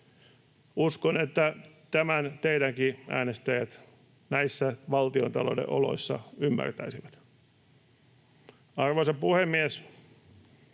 Uskon, että tämän teidänkin äänestäjät näissä valtiontalouden oloissa ymmärtäisivät. Arvoisa puhemies!